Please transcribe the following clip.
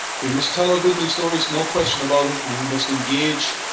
we must tell our good news stories, no question about it, and we must engage,